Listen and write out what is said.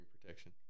protection